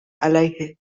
علیه